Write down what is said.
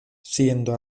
siendo